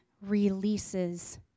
releases